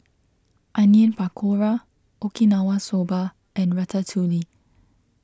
Onion Pakora Okinawa Soba and Ratatouille